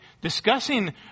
discussing